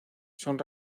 son